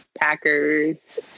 Packers